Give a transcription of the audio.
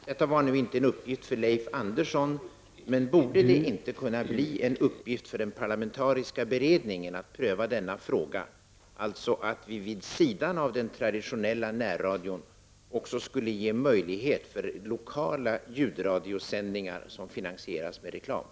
Detta var nu inte någon fråga för Leif Andersson att utreda, men jag undrar om det inte borde kunna bli en uppgift för den parlamentariska beredningen att pröva denna fråga, dvs. att ge möjlighet för lokala reklamfinansierade ljudradiosändningar vid sidan av den traditionella närradion.